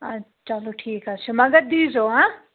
اَدٕ چلو ٹھیٖک حظ چھُ مگر دیٖزیو ہاں